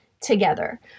together